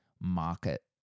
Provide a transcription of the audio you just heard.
market